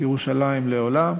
ירושלים לעולם,